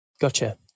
Gotcha